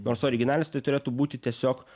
nors originalios tai turėtų būti tiesiog